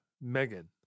Megan